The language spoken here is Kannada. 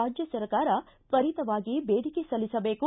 ರಾಜ್ಯ ಸರ್ಕಾರ ತ್ವರಿತವಾಗಿ ಬೇಡಿಕೆ ಸಲ್ಲಿಸಬೇಕು